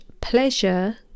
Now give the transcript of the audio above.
pleasure